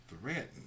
threatened